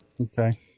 Okay